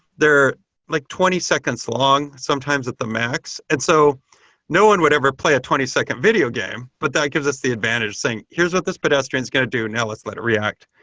they're like twenty seconds long, sometimes at the max. and so no one would ever play a twenty second videogame, but that gives us the advantage of saying, here's what this pedestrian is going to do. now, let's let it react.